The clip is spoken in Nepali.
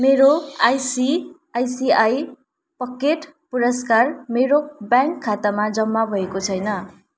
मेरो आइसिआइसिआई पकेट पुरस्कार मेरो ब्याङ्क खातामा जम्मा भएको छैन